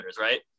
right